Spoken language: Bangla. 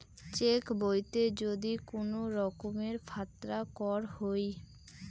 চেক বইতে যদি কুনো রকমের ফাত্রা কর হই